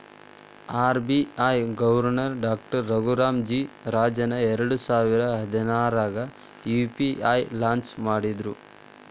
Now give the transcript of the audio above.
RBI governor doctor Raghuram G Rajan ಎರಡಸಾವಿರ ಹದ್ನಾರಾಗ UPI launch ಮಾಡಿದ್ರು